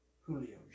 Julio